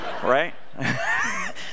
right